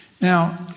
Now